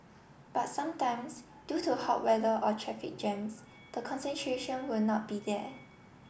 but sometimes due to hot weather or traffic jams the concentration will not be there